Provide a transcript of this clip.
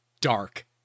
dark